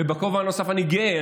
ובכובע הנוסף אני גאה.